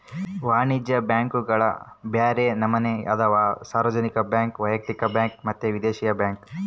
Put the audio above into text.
ವಾಣಿಜ್ಯ ಬ್ಯಾಂಕುಗುಳಗ ಬ್ಯರೆ ನಮನೆ ಅದವ, ಸಾರ್ವಜನಿಕ ಬ್ಯಾಂಕ್, ವೈಯಕ್ತಿಕ ಬ್ಯಾಂಕ್ ಮತ್ತೆ ವಿದೇಶಿ ಬ್ಯಾಂಕ್